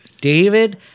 David